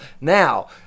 Now